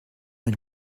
elle